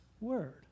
Word